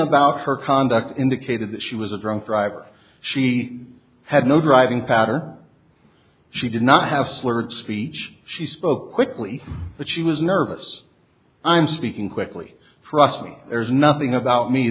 about her conduct indicated that she was a drunk driver she had no driving patter she did not have slurred speech she spoke quickly that she was nervous i'm speaking quickly for us me there's nothing about me